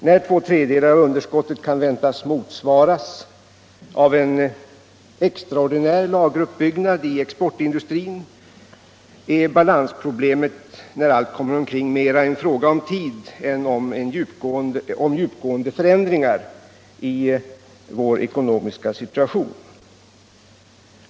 När två tredjedelar av underskottet kan väntas motsvaras av en extraordinär lageruppbyggnad i exportindustrin är balansproblemet då allt kommer omkring mera en fråga om tid än om djupgående förändringar i vår ekonomiska situation.